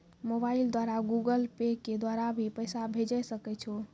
Mobile द्वारा Google Pay के द्वारा भी पैसा भेजै सकै छौ?